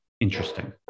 interesting